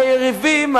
היריבים,